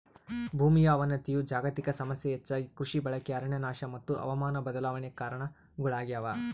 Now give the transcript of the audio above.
ಭೂಮಿಯ ಅವನತಿಯು ಜಾಗತಿಕ ಸಮಸ್ಯೆ ಹೆಚ್ಚಾಗಿ ಕೃಷಿ ಬಳಕೆ ಅರಣ್ಯನಾಶ ಮತ್ತು ಹವಾಮಾನ ಬದಲಾವಣೆ ಕಾರಣಗುಳಾಗ್ಯವ